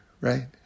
right